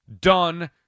done